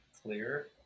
clear